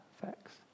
facts